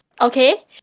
okay